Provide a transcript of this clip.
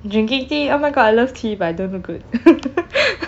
drinking tea oh my god I love tea but I don't look good